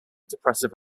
depressive